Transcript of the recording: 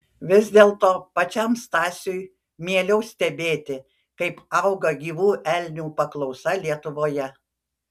vis dėlto pačiam stasiui mieliau stebėti kaip auga gyvų elnių paklausa lietuvoje